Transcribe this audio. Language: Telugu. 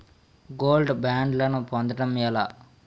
గోల్డ్ బ్యాండ్లను పొందటం ఎలా?